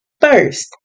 first